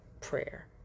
prayer